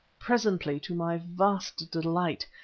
presently, to my vast delight,